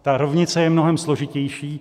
Ta rovnice je mnohem složitější.